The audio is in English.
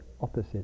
opposite